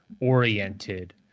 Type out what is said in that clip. oriented